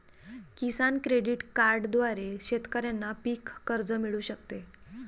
किसान credit कार्डद्वारे शेतकऱ्यांना पीक कर्ज मिळू शकते